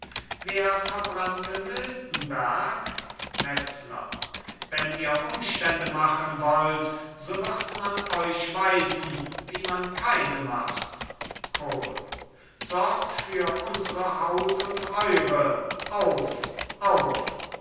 wer verbrannte miltenberg metzler wenn ihr umstände machen wollt so wird man euch weisen wie man keine macht kohl sorgt für unsere haut und eure auf auf